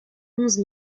onze